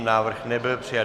Návrh nebyl přijat.